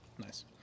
Nice